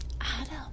Adam